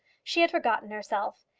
she had forgotten herself.